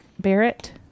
Barrett